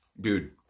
Dude